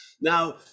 Now